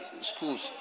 schools